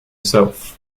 south